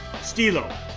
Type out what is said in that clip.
Stilo